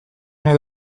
nahi